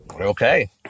Okay